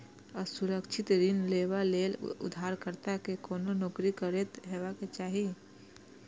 असुरक्षित ऋण लेबा लेल उधारकर्ता कें कोनो नौकरी करैत हेबाक चाही